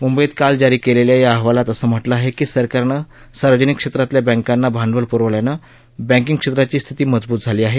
म्ंबईतकाल जारी केलेल्या या अहवालात असं म्हटलं आहे की सरकारनं सार्वजनिक क्षेत्रातल्या बँकांना भांडवल प्रवल्यानं बँकिग क्षेत्राची स्थिती मजबूत झाली आहे